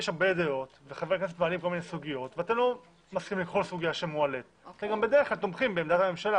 בדרך כלל תומכים בעמדת הממשלה